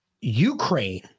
Ukraine